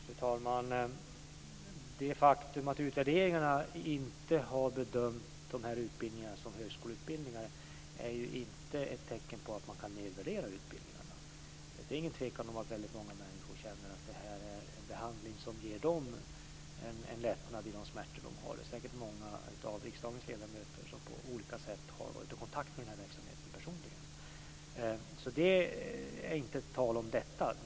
Fru talman! Det faktum att utvärderingar inte har bedömt dessa utbildningar som högskoleutbildningar är ju inte ett tecken på att man kan nedvärdera utbildningarna. Det är ingen tvekan om att väldigt många människor känner att detta är en behandling som ger dem en lättnad i de smärtor de har. Det är säkert många av riksdagens ledamöter som på olika sätt har varit i kontakt med den här verksamheten personligen. Det är inte tu tal om detta.